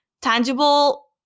tangible